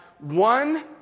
one